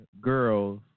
girls